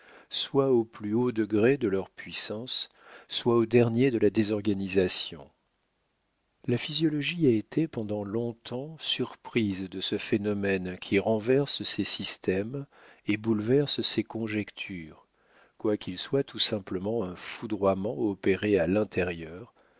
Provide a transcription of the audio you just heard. soit au plus haut degré de leur puissance soit au dernier de la désorganisation la physiologie a été pendant long-temps surprise de ce phénomène qui renverse ses systèmes et bouleverse ses conjectures quoiqu'il soit tout bonnement un foudroiement opéré à l'intérieur